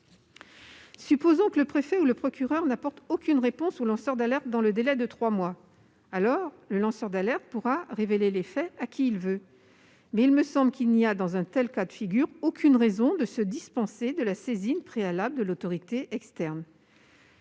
Supposons que le préfet ou le procureur n'apporte aucune réponse au lanceur d'alerte dans le délai de trois mois. Alors celui-ci pourra révéler les faits à qui bon lui semble. Mais, selon moi, il n'y a, dans un tel cas de figure, aucune raison de se dispenser de la saisine préalable de l'autorité externe.